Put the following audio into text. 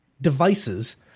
devices